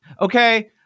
Okay